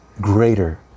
greater